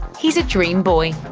he's a dream boy.